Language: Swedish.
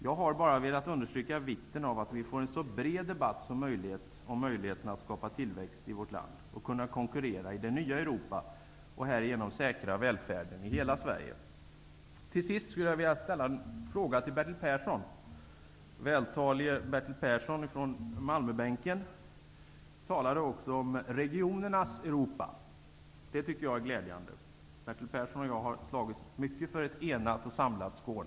Jag har bara velat understryka vikten av att vi får en så bred debatt som möjligt om förutsättningarna att skapa tillväxt i vårt land, att kunna konkurrera i det nya Europa och att härigenom säkra välfärden i hela Persson. Vältalige Bertil Persson på Malmöbänken talade om regionernas Europa. Det tycker jag är glädjande. Bertil Persson och jag har slagits mycket för ett enat och samlat Skåne.